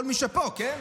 כל מי שפה, כן?